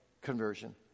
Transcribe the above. conversion